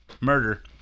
murder